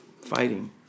fighting